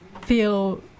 feel